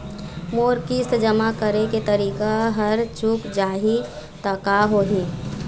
मोर किस्त जमा करे के तारीक हर चूक जाही ता का होही?